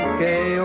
Okay